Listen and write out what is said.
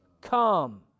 come